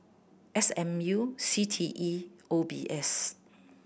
S M U C T E O B S